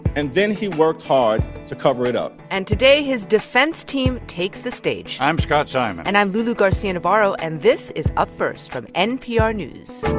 and then he worked hard to cover it up and today, his defense team takes the stage i'm scott simon and i'm lulu garcia-navarro. and this is up first from npr news